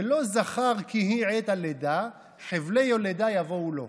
/ ולא זכר כי היא עת הלידה / חבלי יולדה יבואו לו".